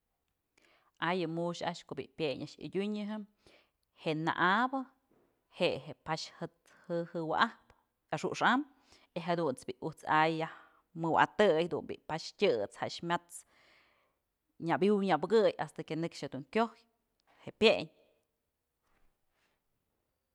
A yë mu'ux a'ax ko'o a'ax pyëñ a'ax yadyunyëjë je'e na'abë je'e je pax jëwa'ajpë axu'ux am y jadunt's bi'i ujt's a'ax yaj mëwa'atëy du'u bi'i pax tyët's jaxmyat's nyabiw nyabëwkëy hasta que nëkx jedun kyoj je'e pyëñ.